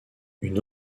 une